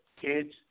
kids